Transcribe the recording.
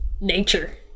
nature